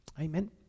Amen